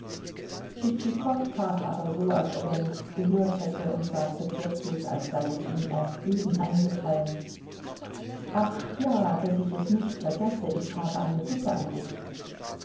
tschitschikow tat aber so als ob er nichts gehört hätte und sagte plötzlich als sei es ihm erst eben eingefallen ach ja daß ich es nicht vergesse ich habe eine bitte an dich